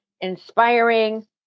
inspiring